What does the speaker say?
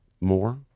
more